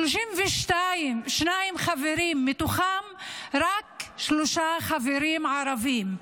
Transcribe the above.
32 חברים ומתוכם רק שלושה חברים ערבים.